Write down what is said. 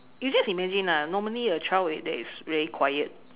you just imagine lah normally a child that is very quiet